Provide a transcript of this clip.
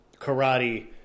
karate